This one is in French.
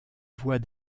voies